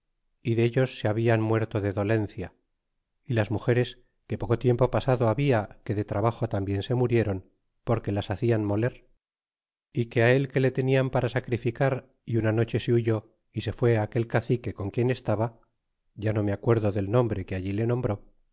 y dellos se hablan muerto de dolencia y las mugeres que poco tiempo pasado habia que de trabajo tambien se murieron porque las hacian moler é que él que le tenian para sacrificar y una noche se huyó y se fue aquel cacique con quien estaba ya no se me acuerda el nombre que allí le nombró